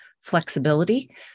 flexibility